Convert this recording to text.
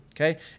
okay